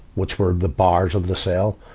which were the bars of the cell.